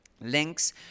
links